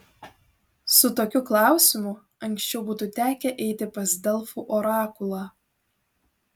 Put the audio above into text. su tokiu klausimu anksčiau būtų tekę eiti pas delfų orakulą